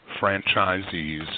franchisees